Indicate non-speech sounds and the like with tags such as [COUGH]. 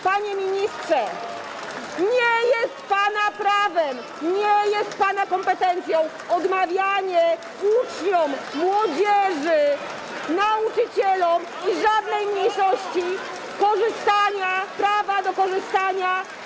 Panie ministrze, nie jest pana prawem, nie jest pana kompetencją odmawianie uczniom, młodzieży, nauczycielom ani żadnej [APPLAUSE] mniejszości korzystania, prawa do korzystania.